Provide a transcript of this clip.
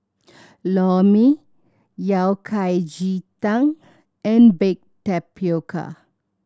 Lor Mee Yao Cai ji tang and baked tapioca